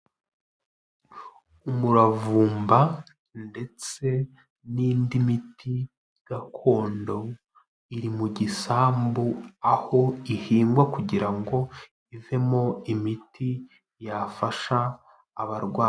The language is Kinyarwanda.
Umuravumba ndetse n'indi miti gakondo iri mu gisambu aho ihingwa kugira ngo ivemo imiti yafasha abarwayi.